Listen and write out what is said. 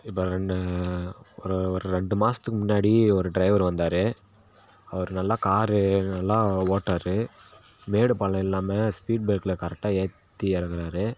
இப்போ ரெண்டு ஒரு ஒரு ரெண்டு மாதத்துக்கு முன்னாடி ஒரு ட்ரைவர் வந்தார் அவர் நல்லா காரு எல்லாம் ஓட்டுறாரு மேடு பள்ளம் இல்லாமல் ஸ்பீட் ப்ரேக்ல கரெக்டாக ஏற்றி இறக்குறாரு